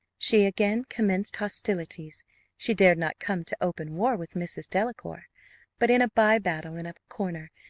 she again commenced hostilities she dared not come to open war with mrs. delacour but in a bye-battle, in a corner,